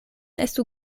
estu